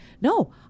No